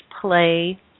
play